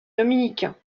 dominicains